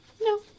No